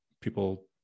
people